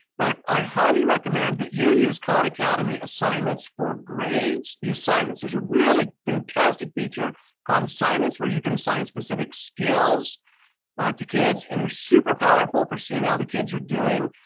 but i highly recommend that you use khan academy assignments for grades. the assignments, there's a really fantastic feature called assignments where you can assign specific skills ah to kids. and they're super powerful for seeing how the kids are doing.